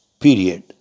period